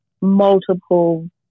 multiple